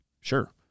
sure